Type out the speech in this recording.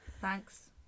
Thanks